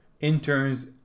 interns